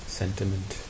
sentiment